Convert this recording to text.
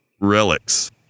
relics